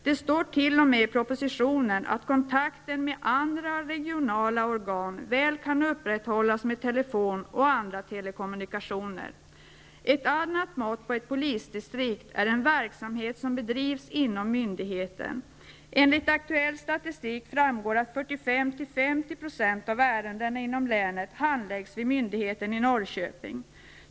Det står t.o.m. i propositionen att kontakten med andra regionala organ väl kan upprätthållas med telefon och andra telekommunikationer. Ett annat mått på ett polisdistrikt är den verksamhet som bedrivs inom myndigheten. Enligt aktuell statistik framgår att 45--50 % av ärendena inom länet handläggs vid myndigheten i Norrköping.